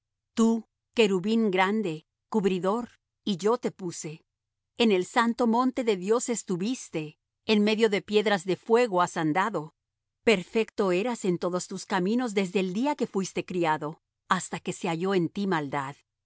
tú querubín grande cubridor y yo te puse en el santo monte de dios estuviste en medio de piedras de fuego has andado perfecto eras en todos tus caminos desde el día que fuiste criado hasta que se halló en ti maldad